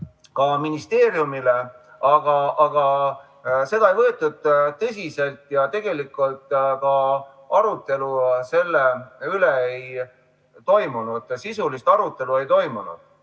ka ministeeriumile, aga seda ei võetud tõsiselt ja tegelikult ka arutelu selle üle ei toimunud, sisulist arutelu ei toimunud.